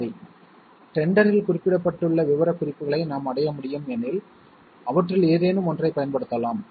சரி டெண்டரில் குறிப்பிடப்பட்டுள்ள விவரக்குறிப்புகளை நாம் அடைய முடியும் எனில் அவற்றில் ஏதேனும் ஒன்றைப் பயன்படுத்தலாம்